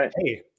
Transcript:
Hey